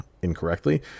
incorrectly